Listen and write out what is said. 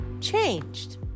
changed